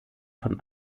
von